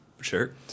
Sure